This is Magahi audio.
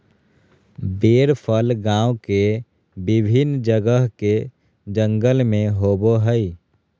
बेर फल गांव के विभिन्न जगह के जंगल में होबो हइ